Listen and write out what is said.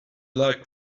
like